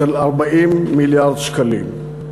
של 40 מיליארד שקלים.